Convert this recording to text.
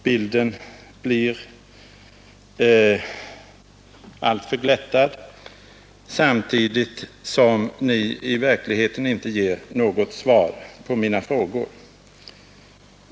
Bilden blir alltför glättad, samtidigt som kommunikationsministern i verkligheten inte ger något svar på mina frågor.